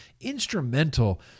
instrumental